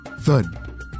Thud